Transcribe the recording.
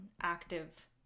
active